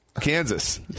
Kansas